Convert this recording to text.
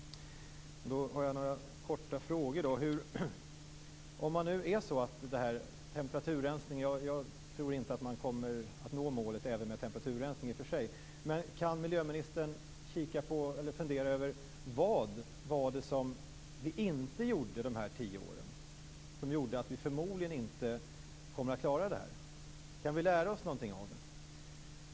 Då har jag några korta frågor. Jag tror inte att man kommer att nå målen ens med temperaturrensning. Men kan miljöministern fundera över vad det var som vi inte gjorde under de här tio åren, som gjorde att vi förmodligen inte kommer att klara målet? Kan vi lära oss något av det?